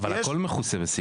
אבל הכול מכוסה בסעיפים.